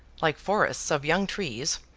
like forests of young trees,